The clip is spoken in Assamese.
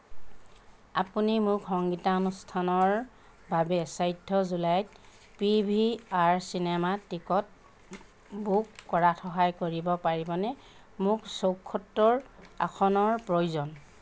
আপুনি মোক সংগীতানুষ্ঠানৰ বাবে চতুৰ্থ জুলাইত পি ভি আৰ চিনেমাত টিকট বুক কৰাত সহায় কৰিব পাৰিবনে মোক চৌসত্তৰ আসনৰ প্ৰয়োজন